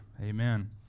Amen